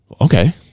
Okay